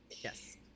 Yes